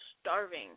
starving